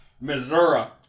Missouri